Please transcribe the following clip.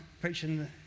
preaching